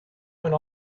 went